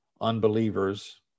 unbelievers